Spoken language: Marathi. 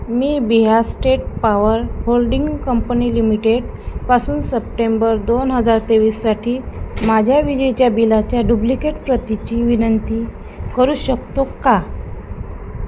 मी Bihar state power holding company limited पासून सप्टेंबर दोन हजार तेवीससाठी माझ्या विजेच्या बिलाच्या डुप्लिकेट प्रतीची विनंती करू शकतो का